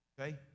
Okay